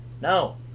no